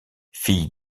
fille